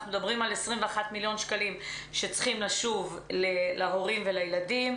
אנחנו מדברים על 21 מיליון שקלים שצריכים לשוב להורים ולילדים.